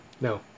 No